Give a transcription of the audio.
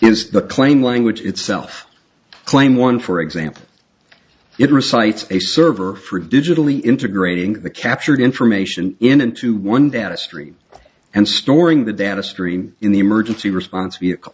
and the claim language itself claim one for example it recites a server for digitally integrating the captured information into one down the street and storing the data stream in the emergency response vehicle